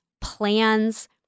plans